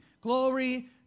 Glory